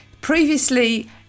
previously